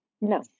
No